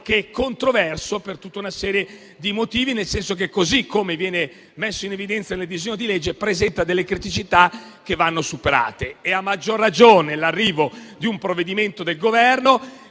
tema controverso per tutta una serie di motivi, nel senso che, così come viene messo in evidenza nel disegno di legge, esso presenta delle criticità che vanno superate. A maggior ragione, visto l'arrivo di un provvedimento del Governo